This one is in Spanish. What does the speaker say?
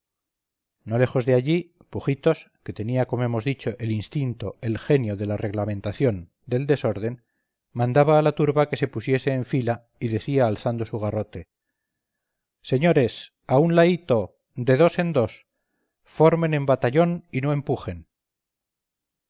no lejos de allí pujitos que tenía como hemos dicho el instinto el genio de la reglamentación del desorden mandaba a la turba que se pusiese en fila y decía alzando su garrote señores a un laíto de dos en dos formen en batallón y no rempujen